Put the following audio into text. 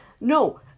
No